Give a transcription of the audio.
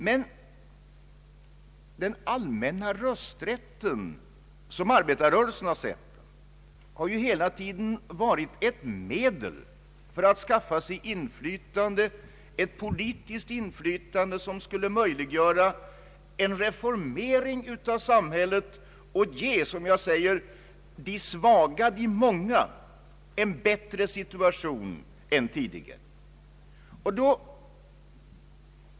Men den allmänna rösträtten har, som arbetarrörelsen sett den, hela tiden varit ett medel att skaffa sig ett politiskt inflytande som skulle möjliggöra en reformering av samhället och skapa en bättre situation än tidigare för de svaga, de många.